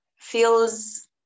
feels